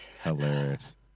Hilarious